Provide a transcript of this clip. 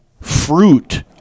fruit